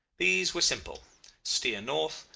these were simple steer north,